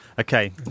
Okay